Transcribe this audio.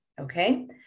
Okay